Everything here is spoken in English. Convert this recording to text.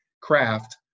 craft